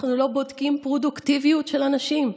אנחנו לא בודקים פרודוקטיביות של אנשים,